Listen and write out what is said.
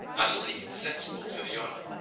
utterly insensible to the honor,